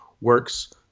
works